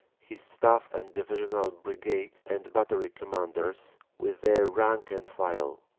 his staff and divisional brigade and battery commanders, with their rank and file.